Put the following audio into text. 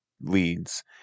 leads